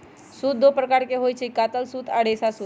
सूत दो प्रकार के होई छई, कातल सूत आ रेशा सूत